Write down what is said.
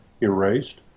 erased